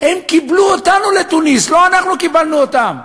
הם קיבלו אותנו לתוניסיה, לא אנחנו קיבלנו אותם,